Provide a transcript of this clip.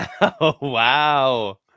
wow